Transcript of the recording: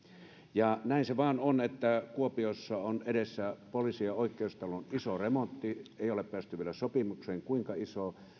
näin se vain on että kuopiossa on edessä poliisi ja oikeustalon iso remontti ei ole päästy vielä sopimuksen kuinka iso